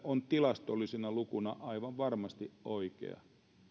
on tilastollisena lukuna aivan varmasti oikea